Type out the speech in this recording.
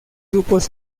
grupos